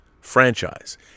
franchise